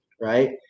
right